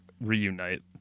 Reunite